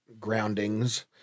groundings